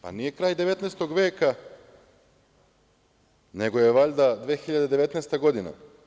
Pa, nije kraj 19. veka, nego je valjda 2019. godina.